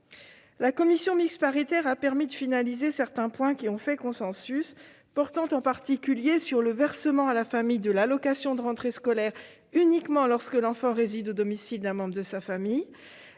La commission mixte paritaire a permis de finaliser certains points qui ont fait consensus, en particulier le versement à la famille de l'allocation de rentrée scolaire uniquement lorsque l'enfant réside au domicile d'un membre de sa famille,